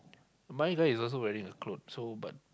mine guy is also wearing the cloth so but